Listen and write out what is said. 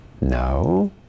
No